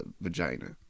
vagina